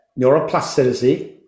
neuroplasticity